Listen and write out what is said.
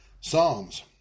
Psalms